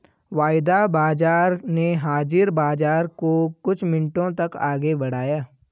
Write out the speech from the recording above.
वायदा बाजार ने हाजिर बाजार को कुछ मिनटों तक आगे बढ़ाया